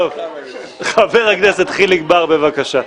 טוב, חבר הכנסת חיליק בר, בבקשה.